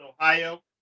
Ohio